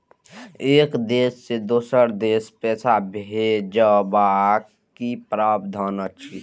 एक देश से दोसर देश पैसा भैजबाक कि प्रावधान अछि??